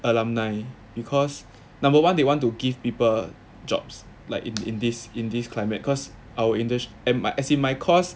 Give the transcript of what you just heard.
alumni because number one they want to give people jobs like in in this in this climate cause our industry and my as in my course